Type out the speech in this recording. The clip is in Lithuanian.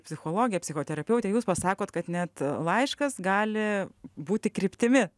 psichologė psichoterapeutė jūs pasakot kad net laiškas gali būti kryptimi